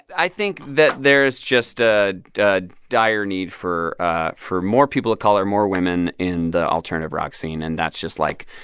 i think that there's just a dire need for ah for more people of color, more women in the alternative rock scene. and that's just, like,